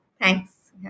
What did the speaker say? thanks